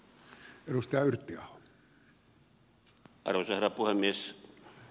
arvoisa herra puhemies